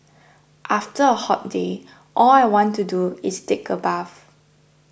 after a hot day all I want to do is take a bath